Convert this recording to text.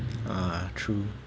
ah true